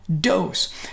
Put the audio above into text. dose